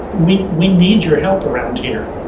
we we need your help around here.